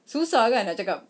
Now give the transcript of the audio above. susah kan nak cakap